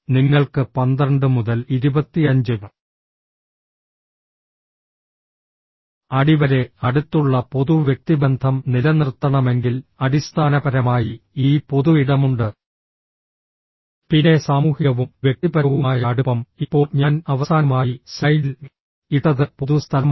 നിങ്ങൾക്ക് 12 മുതൽ 25 അടി വരെ അടുത്തുള്ള പൊതു വ്യക്തിബന്ധം നിലനിർത്തണമെങ്കിൽ അടിസ്ഥാനപരമായി ഈ പൊതു ഇടമുണ്ട് പിന്നെ സാമൂഹികവും വ്യക്തിപരവുമായ അടുപ്പം ഇപ്പോൾ ഞാൻ അവസാനമായി സ്ലൈഡിൽ ഇട്ടത് പൊതു സ്ഥലമാണ്